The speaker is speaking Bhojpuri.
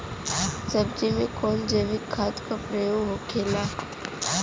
सब्जी में कवन जैविक खाद का प्रयोग होखेला?